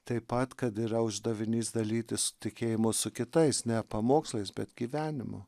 taip pat kad yra uždavinys dalytis tikėjimu su kitais ne pamokslais bet gyvenimu